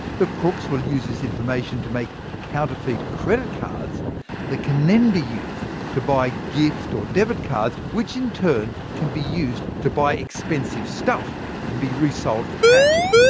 the crooks will use this information to make counterfeit credit cards that can be used to buy gift or debit cards, which in turn can be used to buy expensive stuff that can be resold for cash.